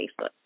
Facebook